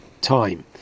time